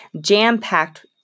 jam-packed